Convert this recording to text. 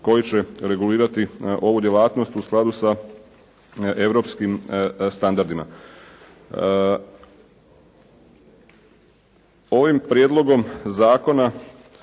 koji će regulirati ovu djelatnost u skladu sa europskom standardima. Ovim prijedlogom zakona